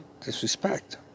disrespect